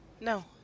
No